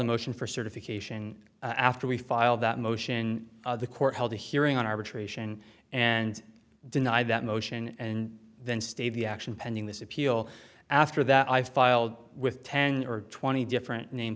a motion for certification after we filed that motion the court held a hearing on arbitration and denied that motion and then stayed the action pending this appeal after that i filed with ten or twenty different name